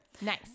Nice